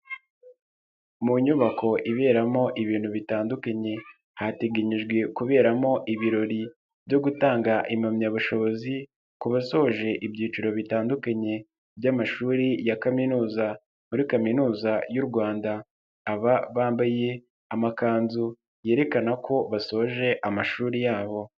Mu nyubako iberamo ibintu bitandukanye hateganyijwe kuberamo ibirori byo gutanga impamyabumenyi ku basoje ibyiciro bitandukanye by'amashuri ya kaminuza muri kaminuza y'u Rwanda, aba bambaye amakanzu yerekana ko basoje amashuri yabo.